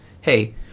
hey